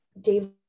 Dave